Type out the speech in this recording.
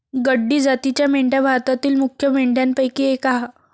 गड्डी जातीच्या मेंढ्या भारतातील मुख्य मेंढ्यांपैकी एक आह